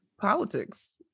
politics